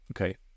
Okay